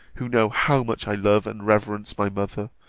who know how much i love and reverence my mother,